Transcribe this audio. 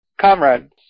Comrades